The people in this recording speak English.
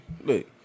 Look